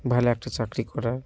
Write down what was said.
ভালো একটা চাকরি করার